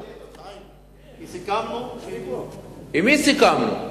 סיכמנו, עם מי סיכמנו?